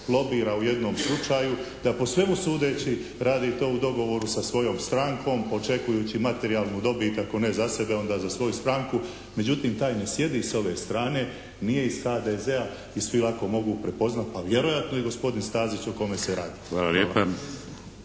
lobira u jednom slučaju da po svemu sudeći radi to u dogovoru sa svojom strankom očekujući materijalnu dobit ako ne za sebe, onda za svoju stranku. Međutim, taj ne sjedi s ove strane, nije iz HDZ-a i svi lako mogu prepoznati pa vjerojatno i gospodin Stazić o kome se radi. **Šeks,